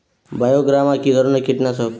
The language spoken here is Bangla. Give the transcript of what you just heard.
বায়োগ্রামা কিধরনের কীটনাশক?